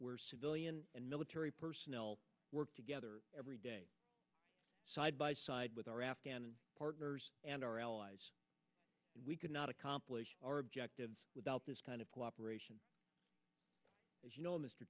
where civilian and military personnel work together every day side by side with our afghan partners and our allies we could not accomplish our objectives without this kind of cooperation as you know mr